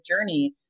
journey